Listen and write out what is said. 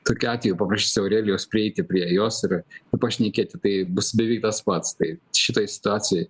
tokiu atveju paprašysiu aurelijaus prieiti prie jos ir pašnekėti tai bus beveik tas pats tai šitoj situacijoj